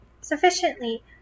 sufficiently